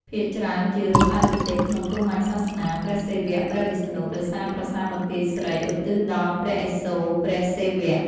ភាគច្រើនជារូប អាទិទេពក្នុងព្រហ្មញ្ញសាសនា (ព្រះសិវៈ ព្រះវិស្ណុ) ដោយសារប្រាសាទបន្ទាយស្រីឧទ្ទិសដល់ព្រះឥសូរ (ព្រះសិវៈ)។